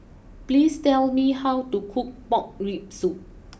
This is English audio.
please tell me how to cook Pork Rib Soup